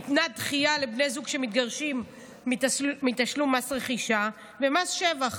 ניתנת דחייה מתשלום מס רכישה ומס שבח